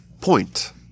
point